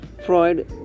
Freud